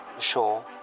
sure